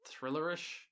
thrillerish